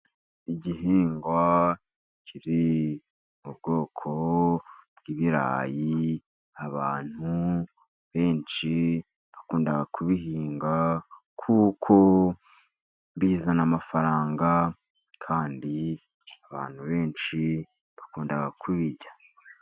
Igihingwa kiri mu ubwoko bw'ibirayi. Abantu benshi bakunda kubihinga, kuko bizana amafaranga, kandi abantu benshi bakunda kubirya.